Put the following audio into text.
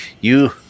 You-